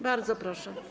Bardzo proszę.